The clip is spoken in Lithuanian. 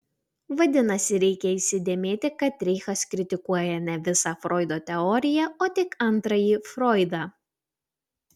vadinasi reikia įsidėmėti kad reichas kritikuoja ne visą froido teoriją o tik antrąjį froidą